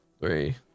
three